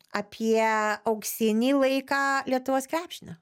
apie auksinį laiką lietuvos krepšinio